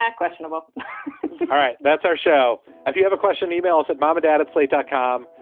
ah questionable. all right. that's our show if you have a question, e-mail us at mom or dad at slate dot com.